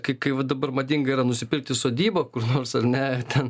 kaip kaip va dabar madinga yra nusipirkti sodybą kur nors ar ne ten